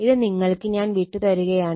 ഇത് നിങ്ങൾക്ക് ഞാൻ വിട്ട് തരുകയാണ്